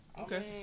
okay